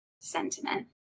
sentiment